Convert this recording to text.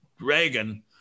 Reagan